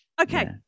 Okay